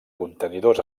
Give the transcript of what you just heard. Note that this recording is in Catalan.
contenidors